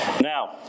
Now